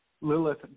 Lilith